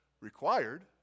required